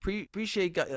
Appreciate